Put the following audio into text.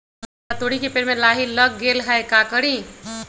हमरा तोरी के पेड़ में लाही लग गेल है का करी?